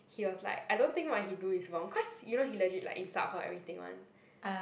he was like I don't think what he do is wrong cause you know he legit like insult her everything [one]